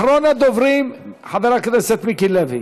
אחרון הדוברים, חבר הכנסת מיקי לוי.